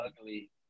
ugly